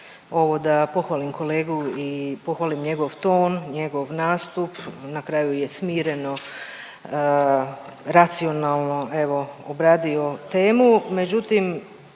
ovo da pohvalim kolegu i pohvalim njegov ton, njegov nastup na kraju je smireno, racionalno evo obradio temu. Međutim,